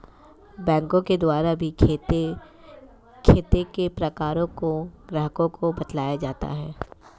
बैंकों के द्वारा भी खाते के प्रकारों को ग्राहकों को बतलाया जाता है